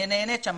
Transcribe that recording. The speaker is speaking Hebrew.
נהנית שם,